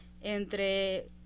entre